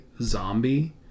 zombie